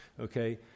okay